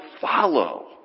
follow